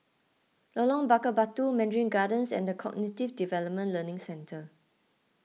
Lorong Bakar Batu Mandarin Gardens and the Cognitive Development Learning Centre